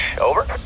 Over